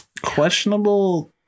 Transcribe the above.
Questionable